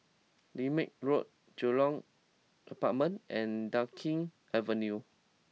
Lermit Road Jurong Apartments and Dunkirk Avenue